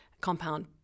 compound